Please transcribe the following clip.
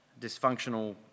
dysfunctional